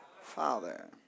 Father